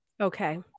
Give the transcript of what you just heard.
Okay